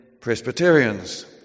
Presbyterians